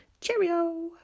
Cheerio